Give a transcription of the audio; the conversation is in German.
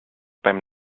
beim